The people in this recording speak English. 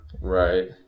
Right